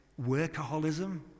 workaholism